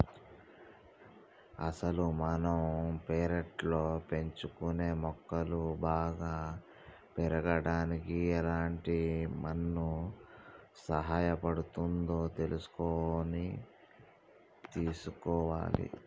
అసలు మనం పెర్లట్లో పెంచుకునే మొక్కలు బాగా పెరగడానికి ఎలాంటి మన్ను సహాయపడుతుందో తెలుసుకొని తీసుకోవాలి